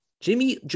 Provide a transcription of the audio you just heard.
Jimmy